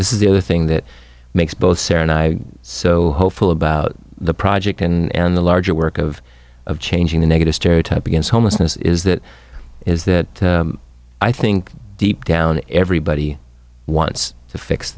this is the other thing that makes both sara and i so hopeful about the project and the larger work of of changing the negative stereotype against homelessness is that is that i think deep down everybody wants to fix